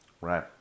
Right